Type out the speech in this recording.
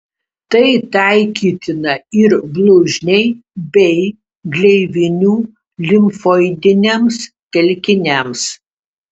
tai taikytina ir blužniai bei gleivinių limfoidiniams telkiniams